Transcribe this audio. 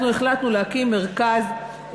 אנחנו החלטנו להקים מרכז,